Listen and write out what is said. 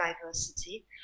diversity